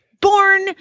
born